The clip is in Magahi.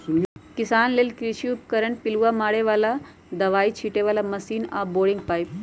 किसान लेल कृषि उपकरण पिलुआ मारे बला आऽ दबाइ छिटे बला मशीन आऽ बोरिंग पाइप